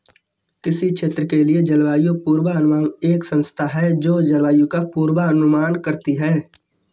किसी क्षेत्र के लिए जलवायु पूर्वानुमान एक संस्था है जो जलवायु का पूर्वानुमान करती है